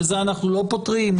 בזה אנחנו לא פותרים,